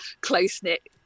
close-knit